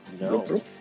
No